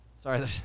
Sorry